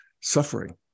suffering